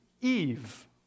Eve